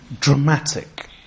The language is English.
dramatic